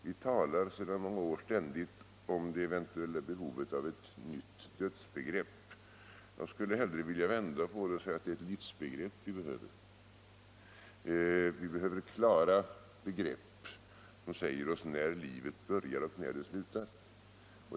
Vi talar sedan några år ständigt om det eventuella behovet av ett nytt dödsbegrepp. Jag skulle hellre vilja vända på det och säga att det är ett livsbegrepp vi behöver. Vi behöver klara begrepp som säger när livet börjar och när det slutar.